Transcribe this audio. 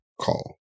call